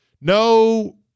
No